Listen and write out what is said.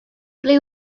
ble